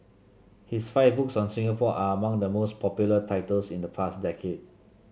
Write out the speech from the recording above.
his five books on Singapore are among the most popular titles in the past decade